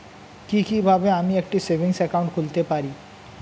কি কিভাবে আমি একটি সেভিংস একাউন্ট খুলতে পারি?